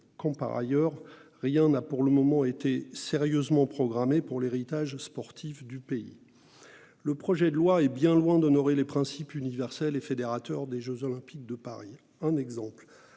alors même que rien n'a encore été sérieusement programmé pour l'héritage sportif du pays. Le projet de loi est bien loin d'honorer les principes universels et fédérateurs des jeux Olympiques. À titre d'exemple,